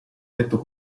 letto